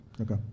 okay